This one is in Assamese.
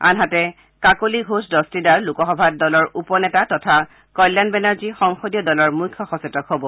আনহাতে কাকলি ঘোষ দস্তিদাৰ লোকসভাত দলৰ উপ নেতা তথা কল্যাণ বেনাৰ্জী সংসদীয় দলৰ মুখ্য সচেতক হ'ব